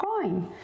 coin